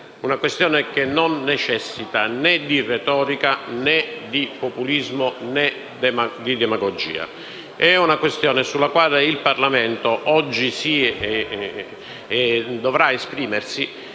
seria che non necessita di retorica, di populismo o di demagogia. È una questione sulla quale il Parlamento oggi dovrà esprimersi